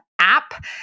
app